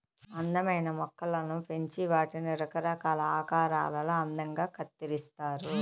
అందమైన మొక్కలను పెంచి వాటిని రకరకాల ఆకారాలలో అందంగా కత్తిరిస్తారు